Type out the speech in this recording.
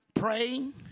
Praying